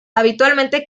habitualmente